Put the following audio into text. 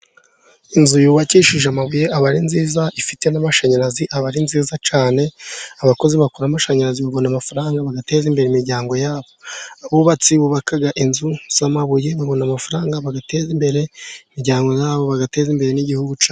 Inzu yubakishije amabuye aba ari nziza, ifite n'amashanyarazi aba ari nziza cyane, abakozi bakora amashanyarazi babona amafaranga bagateza imbere imiryango yabo. Abubatsi bubaka inzu z'amabuye babona amafaranga bagateza imbere imiryango yabo, bagateza imbere n'igihugu cyabo.